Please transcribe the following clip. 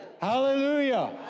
Hallelujah